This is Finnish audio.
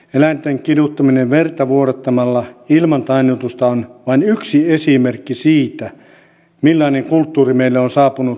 eläinten kiduttaminen verta vuodattamalla ilman tainnutusta on vain yksi esimerkki siitä millainen kulttuuri meille on saapunut turvapaikkaturismin myötä